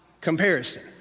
comparison